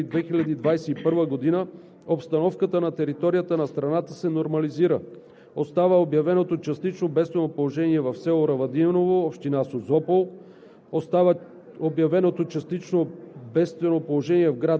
В заключение Ви информирам, че към 6,00 ч. на 14 януари 2021 г. обстановката на територията на страната се нормализира. Остава обявеното частично бедствено положение в село Равадиново, община Созопол.